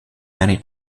many